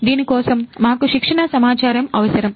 దీని కోసం మాకు శిక్షణ సమాచారము అవసరం